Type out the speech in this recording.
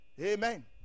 Amen